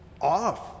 off